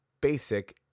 basic